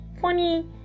funny